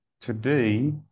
Today